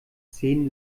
zehn